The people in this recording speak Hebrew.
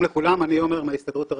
אין לי הרבה מה לשפר,